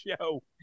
show